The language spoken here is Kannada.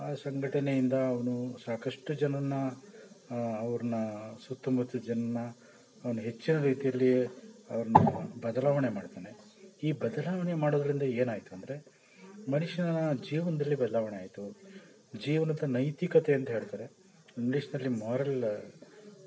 ಆ ಸಂಘಟನೆಯಿಂದ ಅವನು ಸಾಕಷ್ಟು ಜನನ್ನ ಅವರನ್ನ ಸುತ್ತಮುತ್ಲ ಜನನ್ನ ಅವ್ನು ಹೆಚ್ಚಿನ ರೀತಿಯಲ್ಲಿಅವ್ರನ್ನ ಬದಲಾವಣೆ ಮಾಡ್ತಾನೆ ಈ ಬದಲಾವಣೆ ಮಾಡೋದ್ರಿಂದ ಏನಾಯಿತು ಅಂದರೆ ಮನುಷ್ಯನ ಜೀವನದಲ್ಲಿ ಬದಲಾವಣೆ ಆಯಿತು ಜೀವನದ ನೈತಿಕತೆ ಅಂತ ಹೇಳ್ತಾರೆ ಇಂಗ್ಲಿಷ್ನಲ್ಲಿ ಮೊರಲ್ಲ